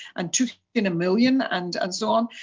and took in a million and and so on.